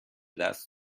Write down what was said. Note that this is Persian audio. دست